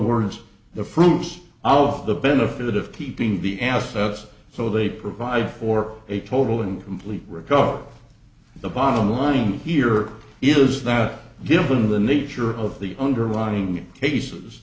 words the fruits of the benefit of keeping the assets so they provide for a total and complete recovery the bottom line here is that given the nature of the underlying cases